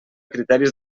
criteris